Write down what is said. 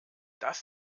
das